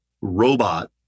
robot